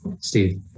Steve